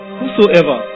Whosoever